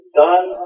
done